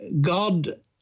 God